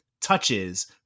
touches